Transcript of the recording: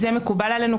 זה מקובל עלינו,